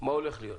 מה הולך להיות.